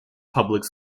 public